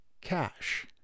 cash